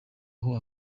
aho